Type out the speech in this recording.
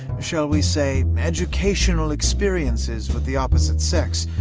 shall we say, educational experiences with the opposite sex,